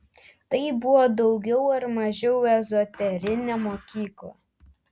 tai buvo daugiau ar mažiau ezoterinė mokykla